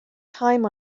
time